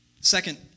Second